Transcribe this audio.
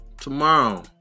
tomorrow